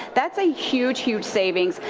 that's a huge, huge savings.